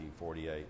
1948